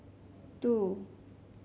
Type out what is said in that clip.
two